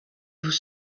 vous